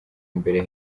imbere